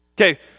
Okay